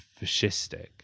fascistic